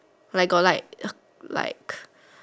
like got like like